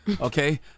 Okay